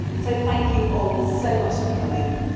so thank you all so much for coming.